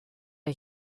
der